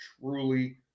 truly